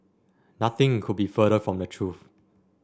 nothing could be further from the truth